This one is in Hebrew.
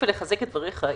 ולחזק את דבריך,